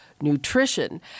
Nutrition